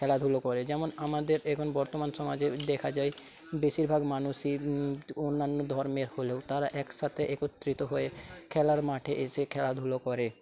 খেলাধুলো করে যেমন আমাদের এখন বর্তমান সমাজে দেখা যায় বেশিরভাগ মানুষই অন্যান্য ধর্মের হলেও তারা একসাথে একত্রিত হয়ে খেলার মাঠে এসে খেলাধুলো করে